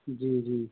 جی جی